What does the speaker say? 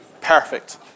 Perfect